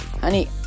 Honey